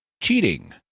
cheating